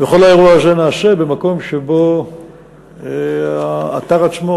וכל האירוע הזה נעשה במקום שבו האתר עצמו